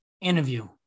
interview